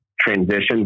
transition